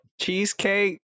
cheesecake